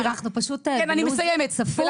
אנחנו פשוט בלוח זמנים צפוף.